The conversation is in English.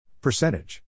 Percentage